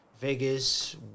Vegas